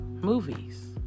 movies